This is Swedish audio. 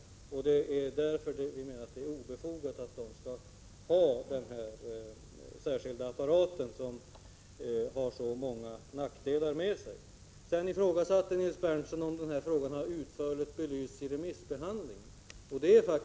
Därför är det obefogat att de till sitt förfogande skall ha den särskilda apparat som har så många nackdelar. Nils Berndtson ifrågasatte sedan om denna fråga har belysts tillräckligt i remissbehandlingen.